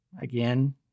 Again